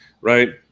right